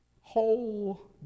whole